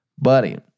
Buddy